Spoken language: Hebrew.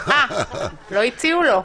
לא הציעו לו.